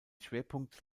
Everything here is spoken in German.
schwerpunkt